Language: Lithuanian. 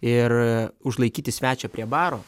ir užlaikyti svečią prie baro